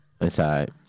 Inside